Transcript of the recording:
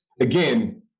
again